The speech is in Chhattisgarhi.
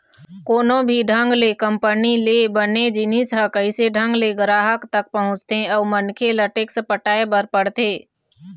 कोनो भी ढंग ले कंपनी ले बने जिनिस ह कइसे ढंग ले गराहक तक पहुँचथे अउ मनखे ल टेक्स पटाय बर पड़थे